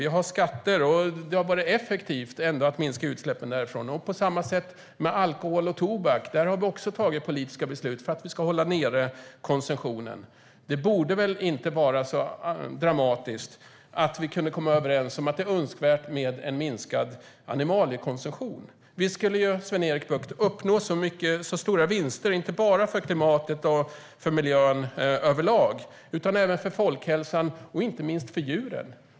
Vi har skatter, och det har varit effektivt att minska utsläppen därifrån. På samma sätt har vi gjort med alkohol och tobak. Vi har tagit politiska beslut för att hålla konsumtionen nere. Det borde väl inte vara så dramatiskt att komma överens om att det är önskvärt med en minskad animaliekonsumtion? Vi skulle, Sven-Erik Bucht, uppnå stora vinster, inte bara för klimatet och miljön överlag, utan även för folkhälsan och inte minst för djuren.